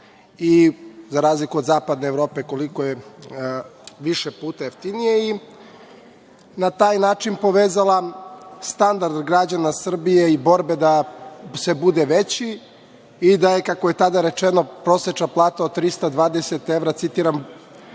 i za razliku od Zapadne Evrope koliko je više puta jeftinije i na taj način povezala standard građana Srbije i borbe da se bude veći i da je, kako je tada rečeno, prosečna plata od 320 evra, citiram,